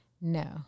No